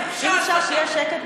אתה לוקח מילקי בסופר,